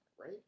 right